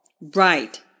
Right